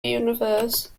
universe